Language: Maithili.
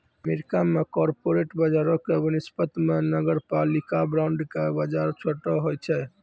अमेरिका मे कॉर्पोरेट बजारो के वनिस्पत मे नगरपालिका बांड के बजार छोटो होय छै